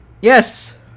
yes